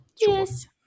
Yes